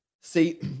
See